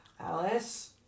Alice